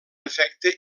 efecte